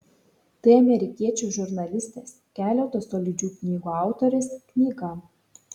tai amerikiečių žurnalistės keleto solidžių knygų autorės knyga